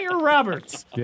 Roberts